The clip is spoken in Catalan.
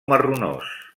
marronós